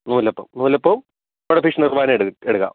നൂലപ്പം നൂലപ്പവും കൂടെ fish nirvana എടുക്കാം